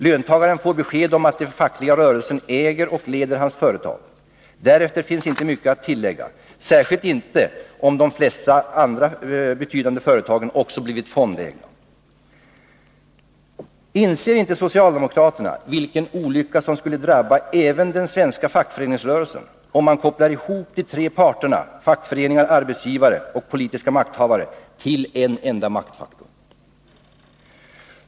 Löntagaren får besked om att den fackliga rörelsen äger och leder hans företag. Därefter finns inte mycket att tillägga, särskilt inte om de flesta andra betydande företag också blivit fondägda. Inser inte socialdemokraterna vilken olycka som skulle drabba även den svenska fackföreningsrörelsen, om man kopplar ihop de tre parterna fackföreningar, arbetsgivare och politiska makthavare till en enda maktfaktor?